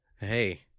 Hey